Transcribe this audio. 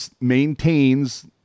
maintains